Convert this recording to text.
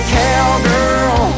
cowgirl